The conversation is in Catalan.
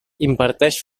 imparteix